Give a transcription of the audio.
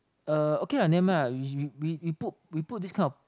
uh okay lah nevermind lah we we we put this kind of